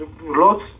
lots